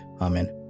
Amen